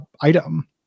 item